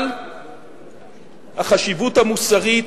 אבל החשיבות המוסרית,